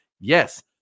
yes